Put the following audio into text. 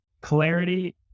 clarity